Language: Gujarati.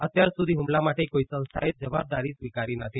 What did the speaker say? અત્યાર સુધી હુમલા માટે કોઈ સંસ્થાએ જવાબદારી સ્વીકારી નથી